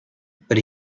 but